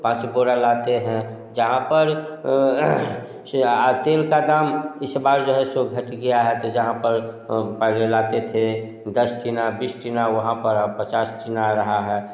पाँच बोरा लाते हैं जहाँ पर सो तेल का दाम इस बार जो है सो घट गया है तो जहाँ पर पहले लाते थे दस टिना बीस टिना वहाँ पर अब पचास टिना आ रहा है